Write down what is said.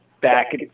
back